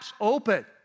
open